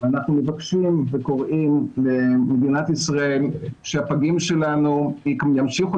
ואנחנו מבקשים וקוראים למדינת ישראל שהפגים שלנו ימשיכו